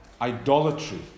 idolatry